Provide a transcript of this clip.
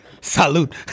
salute